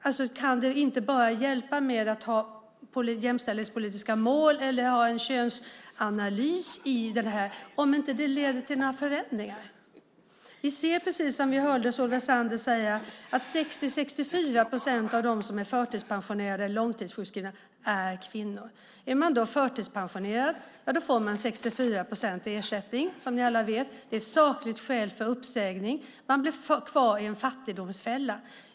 Det hjälper alltså inte att bara ha jämställdhetspolitiska mål eller en könsanalys om det inte leder till några förändringar. Vi vet, som vi hörde Solveig Zander säga, att 60-64 procent av dem som är förtidspensionerade eller långtidssjukskrivna är kvinnor. Är man förtidspensionerad får man 64 procent i ersättning, som ni alla vet. Det är sakligt skäl för uppsägning. Man blir kvar i en fattigdomsfälla.